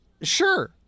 sure